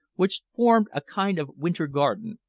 which formed a kind of winter-garden,